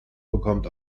bekommt